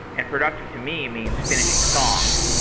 and productive to me means finishing songs.